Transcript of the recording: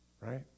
Right